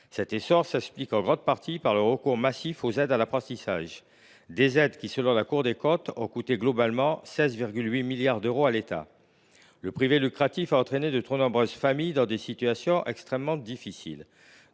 Cet essor s’explique en grande partie par le recours massif aux aides à l’apprentissage, qui, selon la Cour des comptes, ont globalement coûté 16,8 milliards d’euros à l’État. Le privé lucratif a entraîné de trop nombreuses familles dans des situations extrêmement difficiles.